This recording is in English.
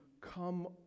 come